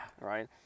Right